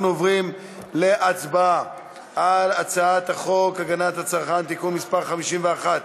אנחנו עוברים להצבעה על הצעת חוק הגנת הצרכן (תיקון מס' 51)